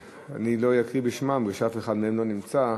לא אקרא בשמותיהם משום שאף אחד מהם לא נמצא,